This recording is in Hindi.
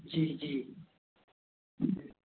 जी जी जी